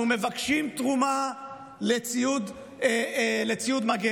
אנחנו מבקשים תרומה לציוד מגן,